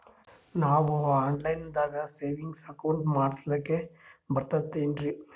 ನಾವು online ದಾಗ savings account ಮಾಡಸ್ಲಾಕ ಬರ್ತದೇನ್ರಿ?